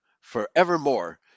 forevermore